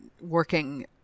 working